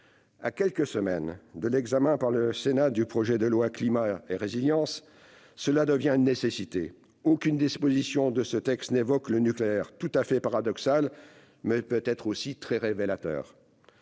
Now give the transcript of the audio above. À quelques semaines de l'examen par le Sénat du projet de loi Climat et résilience, cela devient une nécessité. Aucune disposition de ce texte n'évoque le nucléaire. C'est tout à fait paradoxal, mais peut-être aussi très révélateur